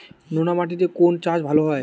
নোনা মাটিতে কোন চাষ ভালো হয়?